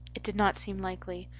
it did not seem likely.